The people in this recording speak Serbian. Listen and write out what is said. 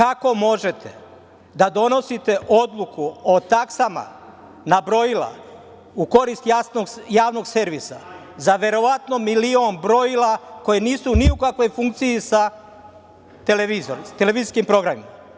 Takođe, kako možete da donosite odluku o taksama na brojila u korist Javnog servisa za verovatno milion brojila koja nisu ni u kakvoj funkciji za televizijskim programima?